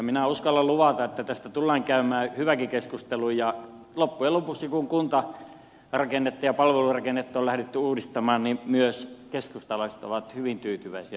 minä uskallan luvata että tästä tullaan käymään hyväkin keskustelu ja loppujen lopuksi kun kuntarakennetta ja palvelurakennetta on lähdetty uudistamaan myös keskustalaiset ovat hyvin tyytyväisiä tilanteeseen